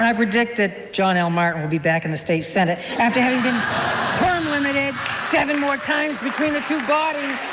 and i predict that john l meyer will be back in the state senate after having been term limited seven more times between the two bodies.